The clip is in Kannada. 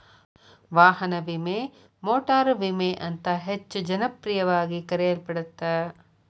ವಾಹನ ವಿಮೆ ಮೋಟಾರು ವಿಮೆ ಅಂತ ಹೆಚ್ಚ ಜನಪ್ರಿಯವಾಗಿ ಕರೆಯಲ್ಪಡತ್ತ